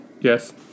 Yes